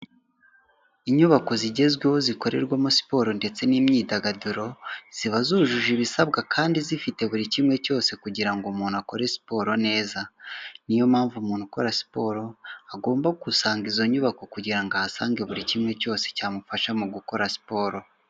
Inyubako zigezweho zikorerwamo siporo ndetse n'imyidagaduro, ziba zujuje ibisabwa kandi zifite buri kimwe cyose kugira ngo umuntu akore siporo neza, niyo mpamvu umuntu ukora siporo agomba gusanga izo nyubako, kugira ngo ahasange buri kimwe cyose cyamufasha mu gukora siporo.